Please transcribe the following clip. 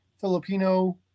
Filipino